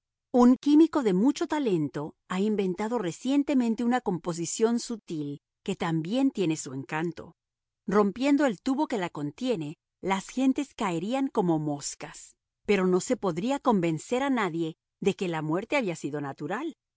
un químico de mucho talento ha inventado recientemente una composición sutil que también tiene su encanto rompiendo el tubo que la contiene las gentes caerían como moscas pero no se podría convencer a nadie de que la muerte había sido natural